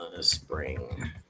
Spring